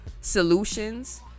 solutions